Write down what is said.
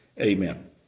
Amen